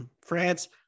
France